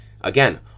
Again